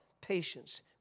patience